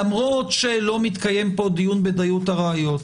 למרות שלא מתקיים פה דיון בדיות הראיות,